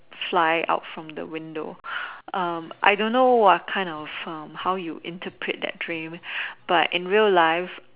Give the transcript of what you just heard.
fly out from the window I don't know what kind of how you interpret that dream but in real life